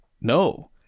No